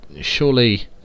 surely